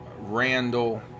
Randall